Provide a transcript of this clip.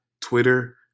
Twitter